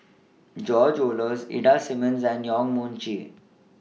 George Oehlers Ida Simmons and Yong Mun Chee